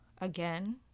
again